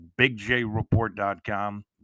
BigJReport.com